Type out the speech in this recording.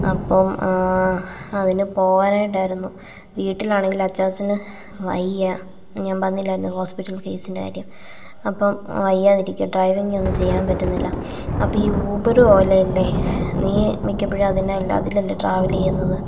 അപ്പോൾ അതിന് പോകാനായിട്ട് ആയിരുന്നു വീട്ടിലാണെങ്കിൽ അച്ചാച്ചന് വയ്യ ഞാൻ പറഞ്ഞില്ലായിരുന്നോ ഹോസ്പിറ്റൽ കേസിൻ്റെ കാര്യം അപ്പം വയാതിരിക്കുകയാണ് ഡ്രൈവിംങ്ങൊന്നും ചെയ്യാൻ പറ്റുന്നില്ല അപ്പോൾ ഈ ഊബർ ഓലെയില്ലേ നീ മിക്കപ്പോഴും അതിനല്ലേ അതിലല്ലേ ട്രാവൽ ചെയ്യുന്നത്